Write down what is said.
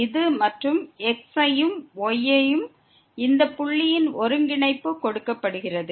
இது மற்றும் x ஐயும் y யும் இந்த புள்ளியின் ஒருங்கிணைப்பால் கொடுக்கப்படுகிறது